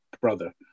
brother